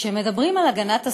כשמדברים על הגנת הסביבה,